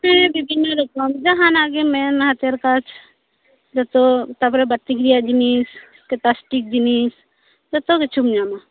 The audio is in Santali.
ᱵᱤᱵᱷᱤᱱᱱᱚ ᱨᱚᱠᱚᱢ ᱡᱟᱦᱟᱱᱟᱜ ᱜᱮᱢ ᱢᱮᱱ ᱦᱟᱛᱮᱨ ᱠᱟᱡᱽ ᱡᱷᱚᱛᱚ ᱛᱟᱨᱯᱚᱨ ᱵᱟᱴᱤᱠ ᱨᱮᱭᱟᱜ ᱡᱤᱱᱤᱥ ᱥᱮ ᱯᱞᱟᱥᱴᱤᱠ ᱡᱤᱱᱤᱥ ᱡᱷᱚᱛᱚ ᱠᱤᱪᱷᱩᱢ ᱧᱟᱢᱟ